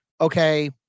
okay